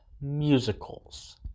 musicals